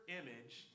image